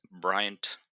Bryant